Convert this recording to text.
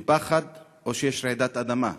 מפחד, או שיש רעידת אדמה?